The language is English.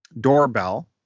Doorbell